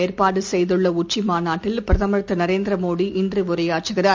ஏற்பாடுசெய்துள்ளஉச்சிமாநாட்டில் பிரதமர் திருநரேந்திரமோடி இன்றுஉரையாற்றுகிறார்